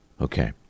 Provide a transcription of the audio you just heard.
Okay